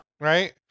Right